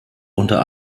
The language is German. unter